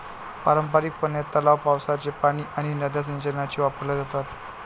पारंपारिकपणे, तलाव, पावसाचे पाणी आणि नद्या सिंचनासाठी वापरल्या जातात